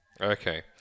Okay